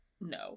No